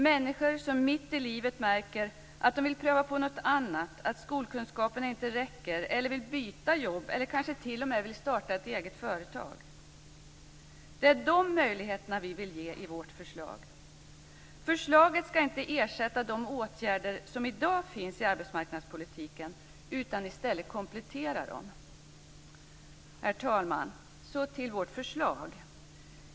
Människor som är mitt i livet märker kanske att de vill pröva något annat, att skolkunskaperna inte räcker eller att de vill byta jobb eller kanske t.o.m. starta eget företag. Det är de möjligheterna vi vill ge i vårt förslag. Förslaget skall inte ersätta de åtgärder som i dag finns i arbetsmarknadspolitiken utan komplettera dem. Herr talman! Så till vårt förslag.